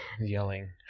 Yelling